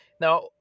Now